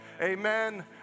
Amen